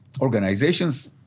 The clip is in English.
organizations